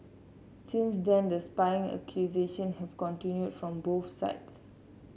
since then the spying accusation have continued from both sides